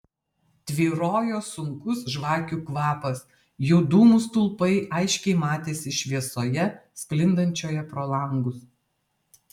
tvyrojo sunkus žvakių kvapas jų dūmų stulpai aiškiai matėsi šviesoje sklindančioje pro langus